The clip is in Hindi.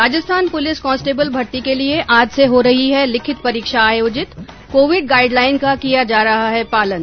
राजस्थान पुलिस कांस्टेबल भर्ती के लिए आज से हो रही है लिखित परीक्षा आयोजित कोविड गाइड लाइन का किया जा रहा है पालन